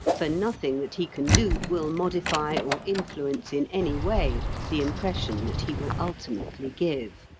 for nothing that he can do will modify or influence in any way the impression that he will ultimately give.